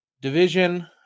division